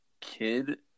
kid